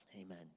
Amen